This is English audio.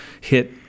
hit